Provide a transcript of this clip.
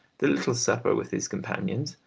the little supper with his companions,